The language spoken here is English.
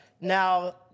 Now